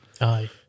Aye